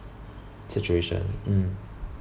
situation mm